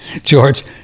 George